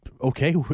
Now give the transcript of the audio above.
okay